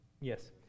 Yes